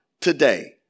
today